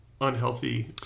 unhealthy